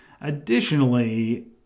Additionally